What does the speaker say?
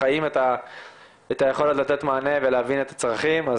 חיים את היכולת לתת מענה ולהבין את הצרכים.